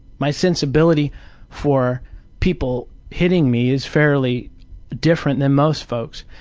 my sensibility for people hitting me is fairly different than most folks.